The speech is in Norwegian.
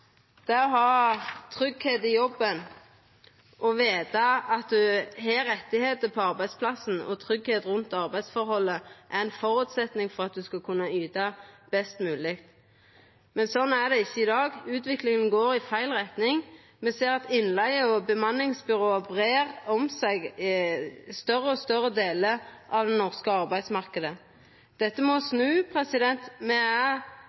å ha tryggleik i jobben og veta at ein har rettar på arbeidsplassen og tryggleik rundt arbeidsforholdet, er ein føresetnad for at ein skal kunna yta best mogleg. Men sånn er det ikkje i dag. Utviklinga går i feil retning. Me ser at innleige og bemanningsbyrå breier seg til større og større delar av den norske arbeidsmarknaden. Dette må snu. Dette er med på å skapa større klasseskilje. Me